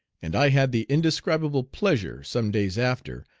and i had the indescribable pleasure, some days after,